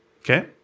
Okay